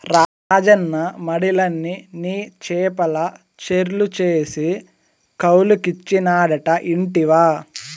రాజన్న మడిలన్ని నీ చేపల చెర్లు చేసి కౌలుకిచ్చినాడట ఇంటివా